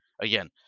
again